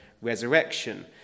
resurrection